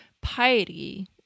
Piety